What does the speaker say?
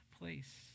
place